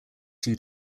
two